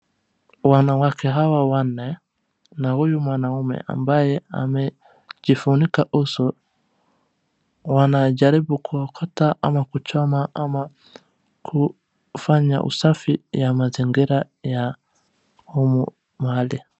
Wanawake hawa wanne na huyu mwanaume ambaye amejifunika uso wanajaribu kuokota ama kuchoma ama kufanya usafi ya mazingira ya humu mahali.